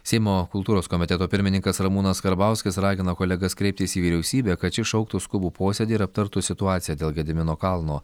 seimo kultūros komiteto pirmininkas ramūnas karbauskis ragino kolegas kreiptis į vyriausybę kad ši šauktų skubų posėdį ir aptartų situaciją dėl gedimino kalno